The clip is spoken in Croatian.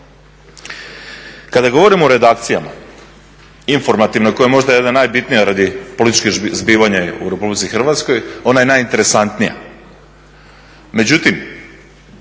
Kada govorimo o redakcijama informativnim koja je možda najbitnija radi političkih zbivanja u RH ona je najinteresantnija.